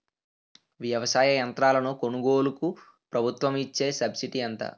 వ్యవసాయ యంత్రాలను కొనుగోలుకు ప్రభుత్వం ఇచ్చే సబ్సిడీ ఎంత?